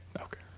okay